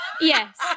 yes